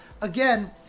again